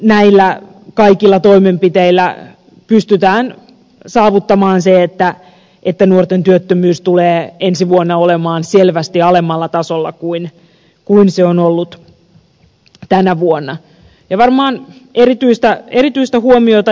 näillä kaikilla toimenpiteillä pystytään saavuttamaan se että nuorten työttömyys tulee ensi vuonna olemaan selvästi alemmalla tasolla kuin se on ollut tänä vuonna elää maan erityistä erityistä hurmiota